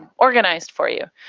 organized for you.